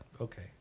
Okay